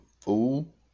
fool